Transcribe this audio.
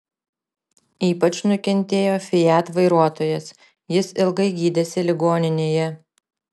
ypač nukentėjo fiat vairuotojas jis ilgai gydėsi ligoninėje